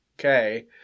Okay